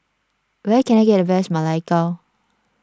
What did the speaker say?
where can I get the best Ma Lai Gao